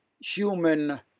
human